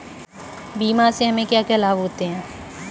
बीमा से हमे क्या क्या लाभ होते हैं?